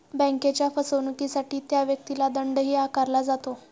बँकेच्या फसवणुकीसाठी त्या व्यक्तीला दंडही आकारला जातो